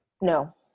no